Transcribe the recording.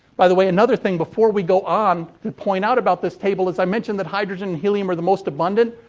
by the way, another thing before we go on, to point out about this table is i mentioned that hydrogen and helium are the most abundant,